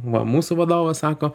va mūsų vadovas sako